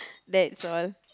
that's all